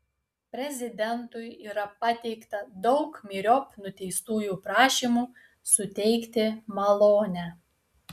prezidentui yra pateikta daug myriop nuteistųjų prašymų suteikti malonę